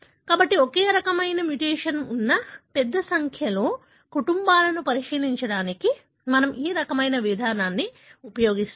కాబట్టి ఒకే రకమైన మ్యుటేషన్ ఉన్న పెద్ద సంఖ్యలో కుటుంబాలను పరిశీలించడానికి మనము ఈ రకమైన విధానాన్ని ఉపయోగిస్తాము